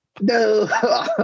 No